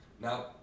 now